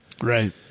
Right